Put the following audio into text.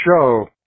show